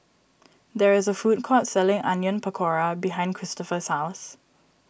there is a food court selling Onion Pakora behind Kristofer's house